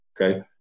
Okay